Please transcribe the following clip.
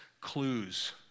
clues